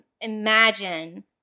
imagine